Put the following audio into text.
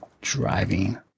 Driving